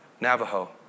Navajo